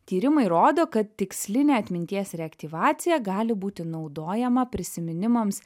tyrimai rodo kad tikslinė atminties reaktyvacija gali būti naudojama prisiminimams